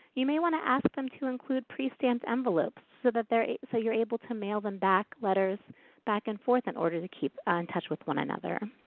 you may wanna ask them to include pre-stamped envelopes so that so you're able to mail them back letters back and forth in order to keep in touch with one another.